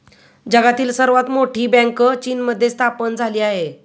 जगातील सर्वात मोठी बँक चीनमध्ये स्थापन झाली आहे